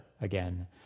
again